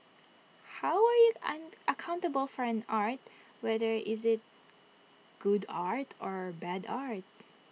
how are you an accountable for an art whether is IT good art or bad art